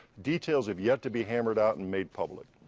details have yet to be hammered out and made public.